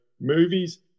movies